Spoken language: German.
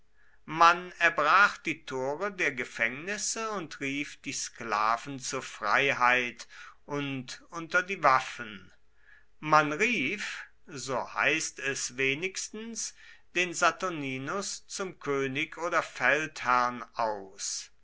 man erbrach die tore der gefängnisse und rief die sklaven zur freiheit und unter die waffen man rief so heißt es wenigstens den saturninus zum könig oder feldherrn aus